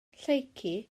lleucu